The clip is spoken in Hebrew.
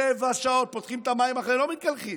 שבע שעות פותחים את המים ולא מתקלחים,